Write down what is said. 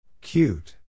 Cute